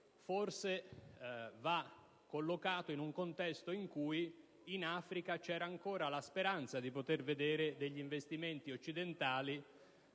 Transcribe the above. forse va collocato in un contesto in cui in Africa c'era ancora la speranza di poter vedere investimenti occidentali